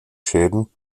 schäden